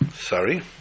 Sorry